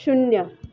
शून्य